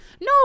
No